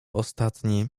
ostatni